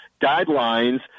guidelines